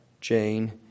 Jane